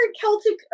celtic